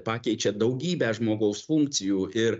pakeičia daugybę žmogaus funkcijų ir